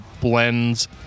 blends